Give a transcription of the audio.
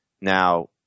Now